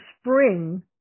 spring